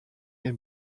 est